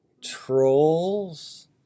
Trolls